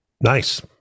Nice